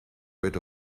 rid